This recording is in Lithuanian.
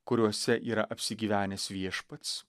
kuriuose yra apsigyvenęs viešpats